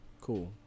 Cool